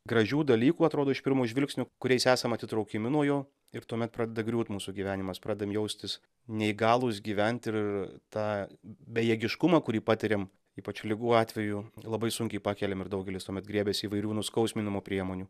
gražių dalykų atrodo iš pirmo žvilgsnio kuriais esam atitraukiami nuo jo ir tuomet pradeda griūt mūsų gyvenimas pradedam jaustis neįgalūs gyvent ir tą bejėgiškumą kurį patiriam ypač ligų atveju labai sunkiai pakeliam ir daugelis tuomet griebiasi įvairių nuskausminamo priemonių